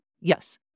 Yes